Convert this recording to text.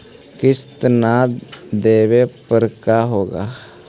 किस्त न देबे पर का होगा?